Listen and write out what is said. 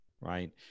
right